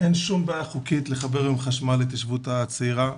- אין שום בעיה חוקית לחבר היום חשמל להתיישבות הצעירה,